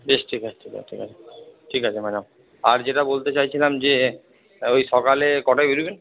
বেশ ঠিক আছে ঠিক আছে ঠিক আছে ঠিক আছে ম্যাডাম আর যেটা বলতে চাইছিলাম যে ওই সকালে কটায় বেরোবেন